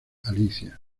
alicia